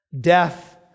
Death